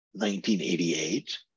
1988